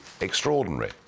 extraordinary